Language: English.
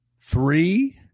Three